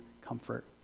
comfort